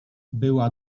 była